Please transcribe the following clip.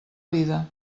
vida